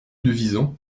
devisant